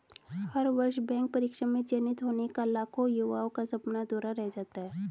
हर वर्ष बैंक परीक्षा में चयनित होने का लाखों युवाओं का सपना अधूरा रह जाता है